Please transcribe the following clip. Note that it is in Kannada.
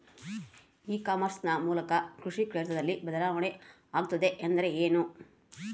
ಇ ಕಾಮರ್ಸ್ ನ ಮೂಲಕ ಕೃಷಿ ಕ್ಷೇತ್ರದಲ್ಲಿ ಬದಲಾವಣೆ ಆಗುತ್ತಿದೆ ಎಂದರೆ ಏನು?